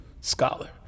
scholar